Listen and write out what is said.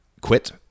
quit